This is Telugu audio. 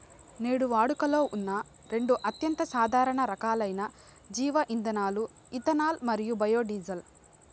నేడు వాడుకలో ఉన్న రెండు అత్యంత సాధారణ రకాలైన జీవ ఇంధనాలు ఇథనాల్ మరియు బయోడీజిల్